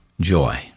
joy